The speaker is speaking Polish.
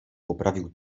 poprawił